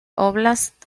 óblast